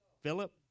Philip